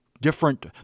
different